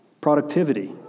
productivity